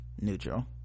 neutral